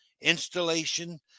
installation